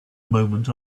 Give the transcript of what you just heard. moment